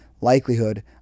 likelihood